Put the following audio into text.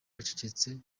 acecetse